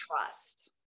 trust